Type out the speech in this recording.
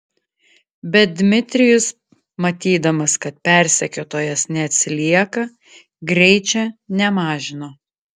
bet dmitrijus matydamas kad persekiotojas neatsilieka greičio nemažino